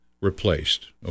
replaced